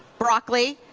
broccoli,